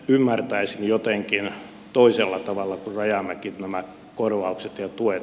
ymmärtäisin jotenkin toisella tavalla kuin rajamäki nämä korvaukset ja tuet